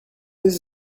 his